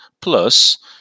Plus